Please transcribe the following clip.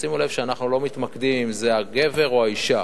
ותשימו לב שאנחנו לא מתמקדים בשאלה אם זה הגבר או האשה,